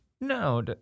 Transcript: No